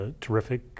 terrific